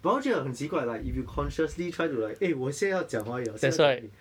but 我觉得很奇怪 like if you conciously try to like eh 我现在要讲华语现在讲英语